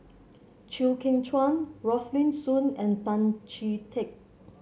Chew Kheng Chuan Rosaline Soon and Tan Chee Teck